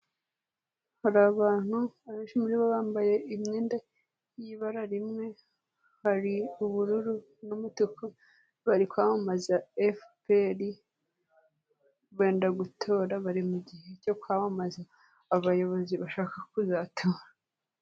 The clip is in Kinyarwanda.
Hari abantu abenshi muri bo bambaye imyenda y'ibara rimwe, hari ubururu n'umutego, bari kwamamaza FPR benda gutora, bari mu gihe cyo kwamamaza abayobozi bashaka kuzatora.